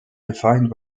defined